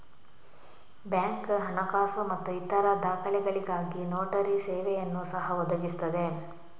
bank ಹಣಕಾಸು ಮತ್ತು ಇತರ ದಾಖಲೆಗಳಿಗಾಗಿ ನೋಟರಿ ಸೇವೆಯನ್ನು ಸಹ ಒದಗಿಸುತ್ತದೆ